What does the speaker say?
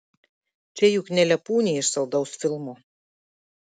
čia juk ne lepūnė iš saldaus filmo